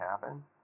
happen